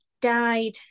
died